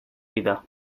vida